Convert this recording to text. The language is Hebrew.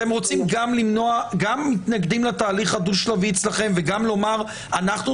אתם גם מתנגדים לתהליך הדו-שלבי אצלכם וגם לומר שאתם